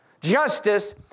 justice